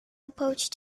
approach